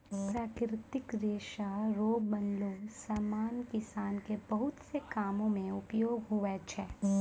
प्राकृतिक रेशा रो बनलो समान किसान के बहुत से कामो मे उपयोग हुवै छै